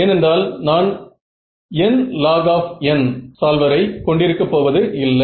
ஏனென்றால் நான் nlog சால்வரை கொண்டிருக்க போவது இல்லை